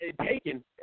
taken